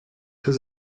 does